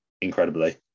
incredibly